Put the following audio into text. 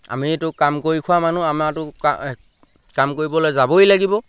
আমিটো কাম কৰি খোৱা মানুহ আমাৰটো কাম কৰিবলৈ যাবই লাগিব